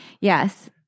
Yes